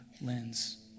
lens